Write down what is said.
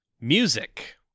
Music